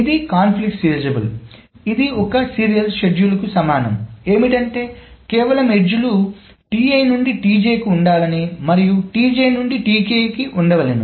ఇది సంఘర్షణ సీరియలైజబుల్ ఇది ఒక సీరియల్ షెడ్యూల్కు సమానం ఏమిటంటే కేవలం ఎడ్జ్ లు నుండి కు ఉండాలని మరియు నుండి కు ఉండవలెను